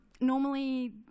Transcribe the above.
normally